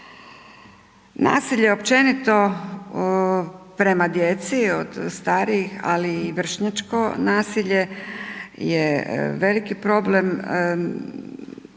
Nasilje općenito prema djeci od starijih ali i vršnjačko nasilje je veliko problem,